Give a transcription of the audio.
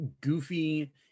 Goofy